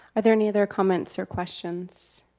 are there any other comments or questions?